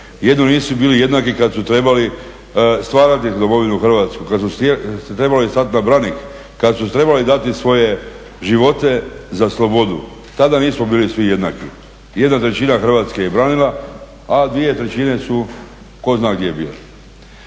jedino nisu bili jednaki kad su trebali stvarati Domovinu Hrvatsku, kad su trebali stati na branik, kad su trebali dati svoje živote za slobodu. Tada nismo bili svi jednaki. Jedna trećina Hrvatske je branila, a dvije trećine su ko zna gdje bile.